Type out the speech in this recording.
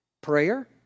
prayer